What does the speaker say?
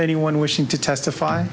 anyone wishing to testify